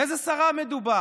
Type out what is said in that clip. באיזו שרה מדובר?